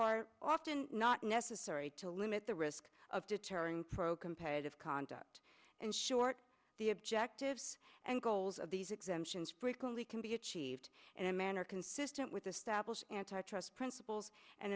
are often not necessary to limit the risk of deterring pro competitive conduct and short the objectives and goals of these exemptions frequently can be achieved in a manner consistent with the stablish antitrust principles and